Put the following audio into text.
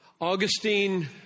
Augustine